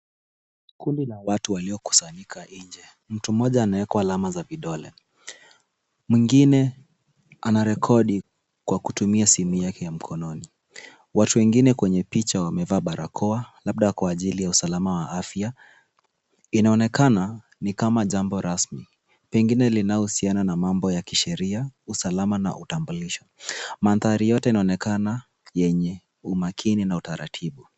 Kundi la watu waliokusanyika nje. Mtu mmoja anawekwa alama za vidole. Mwingine anarekodi kwa kutumia simu yake ya mkononi. Watu wengine kwenye picha wamevaa barakoa labda kwa ajili ya usalama wa afya. Inaonekana ni kama jambo rasmi pengine linalohusiana na mambo ya kisheria, usalama na utambulisho. Mandhari yote inaonekana yenye umakini na utaratibu.